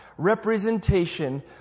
representation